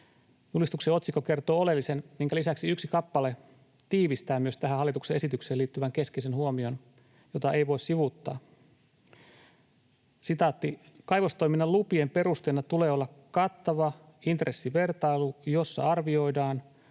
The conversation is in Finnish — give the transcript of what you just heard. Julistuksen otsikko kertoo oleellisen, minkä lisäksi yksi kappale tiivistää myös tähän hallituksen esitykseen liittyvän keskeisen huomion, jota ei voi sivuuttaa: ”Kaivostoiminnan lupien perusteena tulee olla kattava intressivertailu, jossa arvioidaan